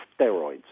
steroids